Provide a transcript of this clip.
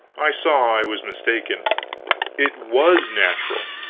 i saw i was mistaken it was natural.